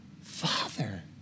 Father